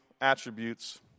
attributes